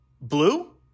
blue